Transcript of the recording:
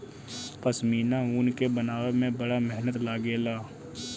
पश्मीना ऊन के बनावे में बड़ा मेहनत लागेला